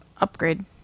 upgrade